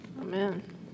Amen